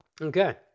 Okay